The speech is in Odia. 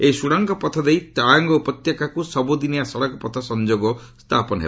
ଏହି ସୁଡ଼ଙ୍ଗପଥ ଦେଇ ତାୱାଙ୍ଗ ଉପତ୍ୟକାକୁ ସବୁଦିନିଆ ସଡ଼କପଥ ସଂଯୋଗ ସ୍ଥାପନ ହେବ